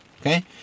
okay